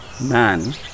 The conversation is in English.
man